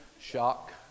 shock